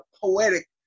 poetic